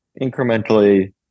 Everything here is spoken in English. incrementally